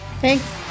thanks